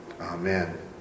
Amen